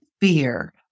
fear